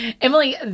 Emily